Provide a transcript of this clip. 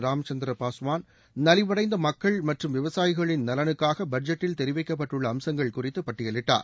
ராம்சந்திர பாஸ்வான் நலிவடைந்த மக்கள் மற்றம் விவசாயிகளின் நலனுக்காக பட்ஜெட்டில் தெரிவிக்கப்பட்டுள்ள அம்சங்கள் குறித்து பட்டியலிட்டார்